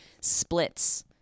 splits